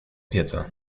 pieca